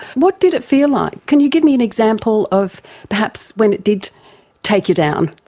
what did it feel like, can you give me an example of perhaps when it did take you down?